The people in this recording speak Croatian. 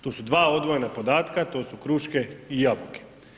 To su dva odvojena podatka, to su kruške i jabuke.